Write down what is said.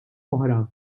oħra